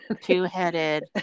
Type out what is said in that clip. two-headed